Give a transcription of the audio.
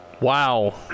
Wow